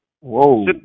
Whoa